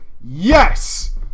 Yes